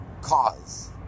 cause